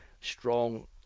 strong